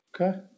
Okay